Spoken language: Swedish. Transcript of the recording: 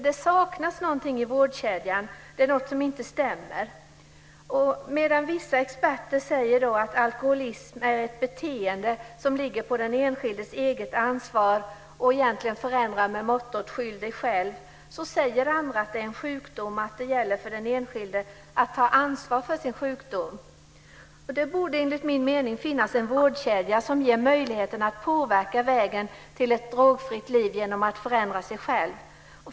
Det saknas någonting i vårdkedjan. Det är något som inte stämmer. Medan vissa experter säger att alkoholism är ett beteende som ligger på den enskildes eget ansvar och egentligen bör förändras med mottot "Skyll dig själv", säger andra att det är en sjukdom och att det gäller för den enskilde att ta ansvar för sin sjukdom. Det borde enligt min mening finnas en vårdkedja som ger möjligheten att påverka vägen till ett drogfritt liv genom att förändra sig själv.